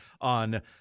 on